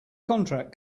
contract